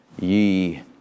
ye